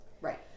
Right